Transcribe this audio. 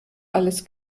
alles